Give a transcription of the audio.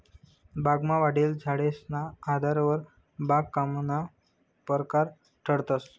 बागमा वाढेल झाडेसना आधारवर बागकामना परकार ठरतंस